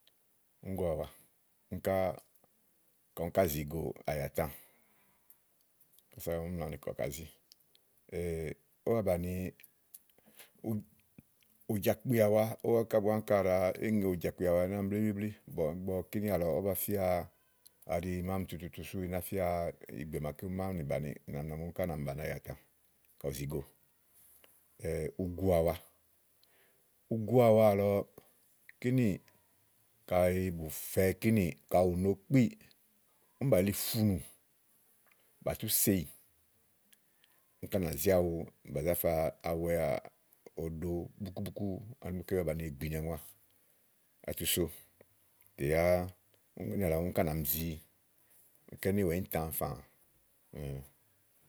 uŋúgo àwa ka úni ká zìi go, àyàtã kása ú nà kɔkɔ bà yize ówó ba bàni ùjàkpiàwa ówo ká bù áŋka ɖàá ŋe ùjàpkiawa blíblíblí ígbɔ kínì àlɔ ówó bá fíaàa áɖi mami tututu sú í ná fía ìgbè màaké ú náamì bàni úni ká nàmi bàni àyàtã ka ù zi go ugu àwa uguàwa àlɔɔ̀ kínì kayi bùfɛ kínì ka ù no kpíì úni bà yili funù bà tú seyì úni ká nà zí awu bà zá fa wɛà ɖo búkúbúkú ani ígbɔké ba bàni gbìnìayua atu so tè yá únì àlɔ úni ká nàmi zi uká ínìwàa, íìntã fàà.